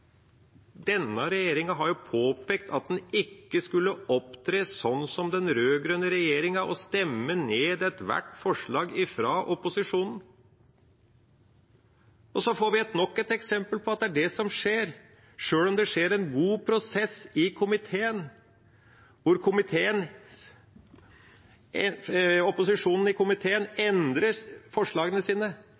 denne regjeringa har påpekt at den ikke skulle opptre sånn som den rød-grønne regjeringa og stemme ned ethvert forslag fra opposisjonen. Og så får vi nok et eksempel på at det er det som skjer, sjøl om det skjer en god prosess i komiteen, hvor opposisjonen i komiteen endrer forslagene sine,